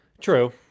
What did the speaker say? True